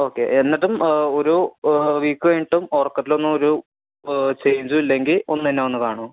okay എന്നിട്ടും ഒരു week കഴിഞ്ഞിട്ടും ഉറക്കത്തിലൊന്നും ഒരു ചേയ്ഞ്ചും ഇല്ലെങ്കിൽ ഒന്നുതന്നെ വന്ന് കാണുമോ